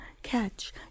catch